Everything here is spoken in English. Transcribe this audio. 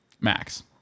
Max